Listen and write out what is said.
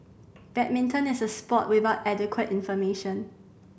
badminton is a sport without adequate information